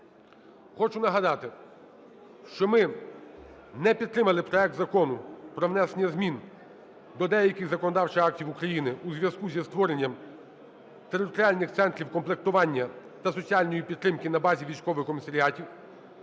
Хочу нагадати, що ми не підтримали проект Закону про внесення змін до деяких законодавчих актів України у зв'язку зі створенням територіальних центрів комплектування та соціальної підтримки на базі військових комісаріатів